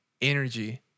energy